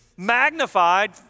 magnified